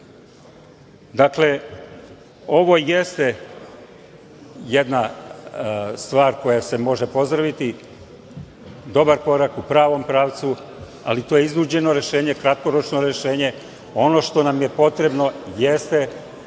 REM-a. Dakle, ovo jeste jedna stvar koje se može pozdraviti i dobar korak u pravom pravcu, ali to je iznuđeno rešenje, kratkoročno rešenje. Ono što nam je potrebno jeste